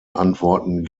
antworten